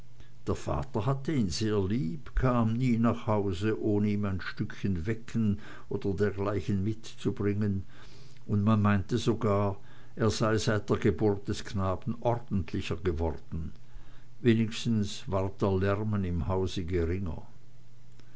der vater hatte ihn sehr lieb kam nie nach hause ohne ihm ein stückchen wecken oder dergleichen mitzubringen und man meinte sogar er sei seit der geburt des knaben ordentlicher geworden wenigstens ward der lärmen im hause geringer